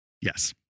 Yes